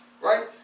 right